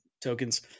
tokens